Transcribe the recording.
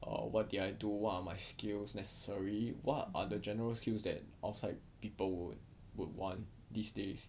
err what did I do what are my skills necessary what are the general skills that outside people would would want these days